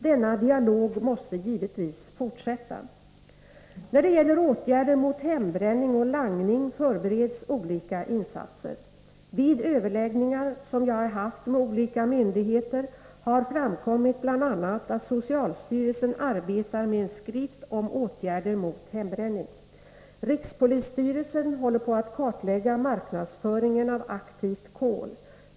Denna dialog måste givetvis fortsätta. När det gäller åtgärder mot hembränning och langning förbereds olika insatser. Vid överläggningar som jag har haft med olika myndigheter har framkommit bl.a. att socialstyrelsen arbetar med en skrift om åtgärder mot hembränning. Rikspolisstyrelsen håller på att kartlägga marknadsföringen av aktivt kol.